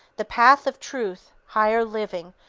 the path of truth, higher living,